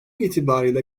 itibarıyla